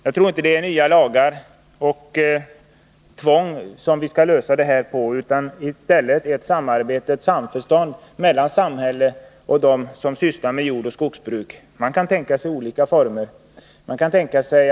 Jag tror inte att vi skall lösa de här frågorna genom nya lagar och tvång utan i stället genom ett samarbete och ett samförstånd mellan samhället och dem som sysslar med jordoch skogsbruk. Man kan tänka sig olika former för ett sådant samarbete.